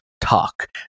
talk